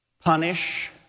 punish